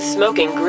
Smoking